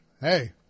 hey